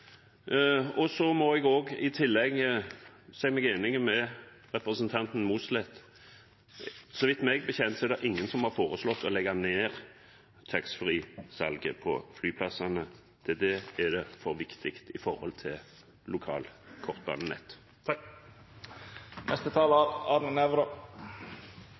området. Så må jeg i tillegg si meg enig med representanten Mossleth. Meg bekjent er det ingen som har foreslått å legge ned taxfree-salget på flyplassene. Til det er det for viktig